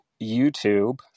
YouTube